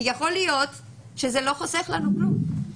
כי יכול להיות שזה לא חוסך לנו כלום.